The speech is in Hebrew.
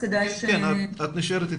כן, את נשארת איתנו.